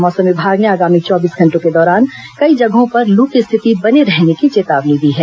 मौसम विभाग ने आगामी चौबीस घंटों के दौरान कई जगहों पर लू की स्थिति बने रहने की चेतावनी दी है